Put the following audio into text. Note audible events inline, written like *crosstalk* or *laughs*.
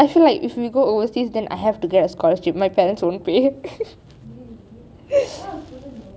I feel like if we go overseas than I have to get a scholarship my parents won't pay *laughs*